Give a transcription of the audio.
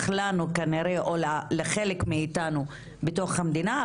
לנו כנראה או לחלק מאיתנו מתוך המדינה,